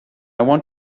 want